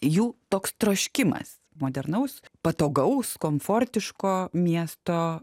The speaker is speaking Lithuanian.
jų toks troškimas modernaus patogaus komfortiško miesto